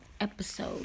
episode